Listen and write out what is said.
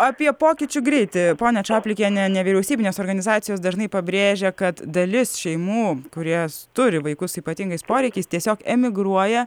apie pokyčių greitį ponia čaplikiene nevyriausybinės organizacijos dažnai pabrėžia kad dalis šeimų kurios turi vaikų su ypatingais poreikiais tiesiog emigruoja